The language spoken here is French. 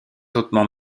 hautement